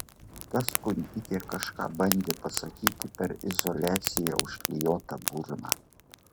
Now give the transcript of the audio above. ta skundikė kažką bandė pasakyti per izoliacija užklijuotą burną